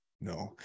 no